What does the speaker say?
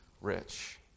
rich